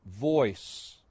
voice